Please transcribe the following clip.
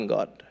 God